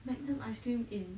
magnum ice cream in